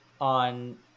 on